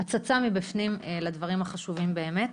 קצת הצצה מבפנים לדברים החשובים באמת.